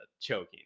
choking